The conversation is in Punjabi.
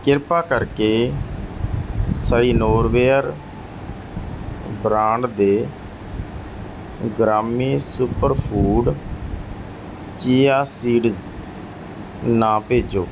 ਕਿਰਪਾ ਕਰਕੇ ਸਾਈਨੋਰਵੇਅਰ ਬ੍ਰਾਂਡ ਦੇ ਗ੍ਰਾਮੀ ਸੁਪਰਫੂਡ ਚੀਆ ਸੀਡਜ਼ ਨਾ ਭੇਜੋ